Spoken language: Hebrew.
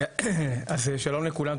שלום לכולם,